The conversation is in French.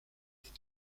les